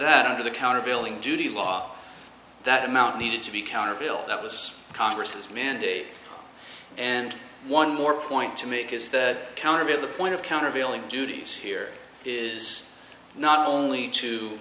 that under the countervailing duty law that amount needed to be countered bill that was congress mandate and one more point to make is that counter to the point of countervailing duties here is not only to